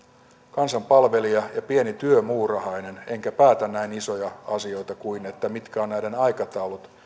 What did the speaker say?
kansanpalvelija ja pieni työmuurahainen enkä päätä näin isoja asioita kuin että mitkä ovat näiden aikataulut